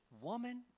woman